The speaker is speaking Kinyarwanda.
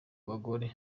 bagore